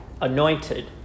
anointed